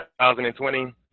2020